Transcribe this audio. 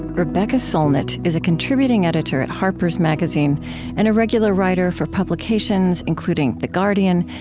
rebecca solnit is a contributing editor at harper's magazine and a regular writer for publications including the guardian,